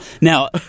Now